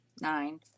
Nine